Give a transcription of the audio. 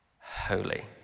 holy